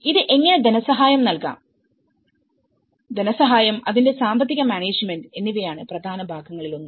ഇത് എങ്ങനെ ധനസഹായം നൽകാം ധനസഹായം അതിന്റെ സാമ്പത്തിക മാനേജ്മെന്റ് എന്നിവയാണ് പ്രധാന ഭാഗങ്ങളിലൊന്ന്